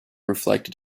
reflected